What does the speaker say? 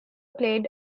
played